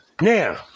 Now